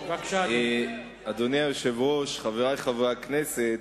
אדוני היושב-ראש, חברי חברי הכנסת,